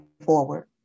forward